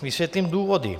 Vysvětlím důvody.